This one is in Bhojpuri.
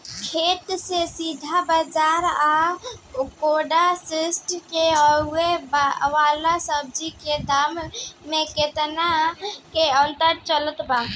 खेत से सीधा बाज़ार आ कोल्ड स्टोर से आवे वाला सब्जी के दाम में केतना के अंतर चलत बा?